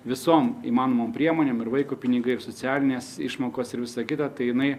visom įmanomom priemonėm ir vaiko pinigai ir socialinės išmokos ir visa kita tai jinai